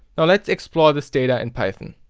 now let's explore this data in python.